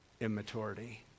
immaturity